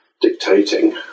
dictating